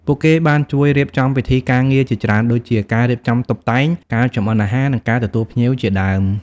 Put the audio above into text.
ពួកគេបានជួយរៀបចំពិធីការងារជាច្រើន ដូចជា ការរៀបចំតុបតែង ការចម្អិនអាហារ និង ការទទួលភ្ញៀវ ជាដើម។